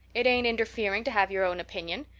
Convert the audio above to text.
it ain't interfering to have your own opinion.